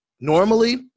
normally